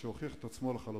מה שהוכיח את עצמו לחלוטין,